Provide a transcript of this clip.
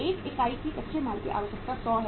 एक इकाई की कच्चे माल की आवश्यकता 100 है